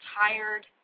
tired